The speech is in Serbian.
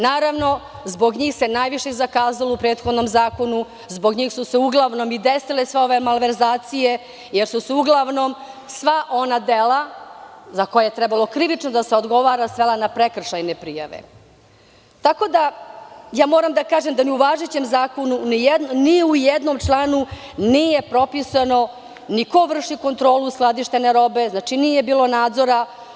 Naravno, zbog njih se najviše zakazalo u prethodnom zakonu, zbog njih su se uglavnom i desile ove malverzacije, jer su se uglavnom sva ona dela za koje je trebalo krivično da se odgovara, svelo na prekršajne prijave, moram da kažem da ni u važećem zakonu, ni u jednom članu nije propisano ni ko vrši kontrolu skladištenja robe, nije bilo nadzora.